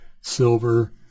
silver